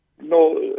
No